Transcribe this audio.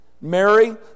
Mary